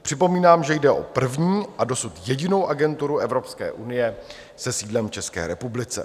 Připomínám, že jde o první a dosud jedinou agenturu Evropské unie se sídlem v České republice.